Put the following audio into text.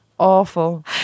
Awful